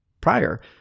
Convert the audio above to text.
prior